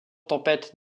tempête